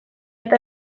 eta